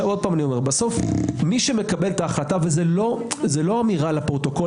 בסוף מי שמקבל את ההחלטה וזה לא אמירה לפרוטוקול